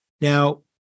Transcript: Now